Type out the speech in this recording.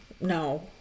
No